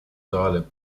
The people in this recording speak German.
saale